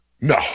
No